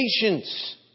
patience